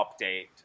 update